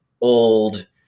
old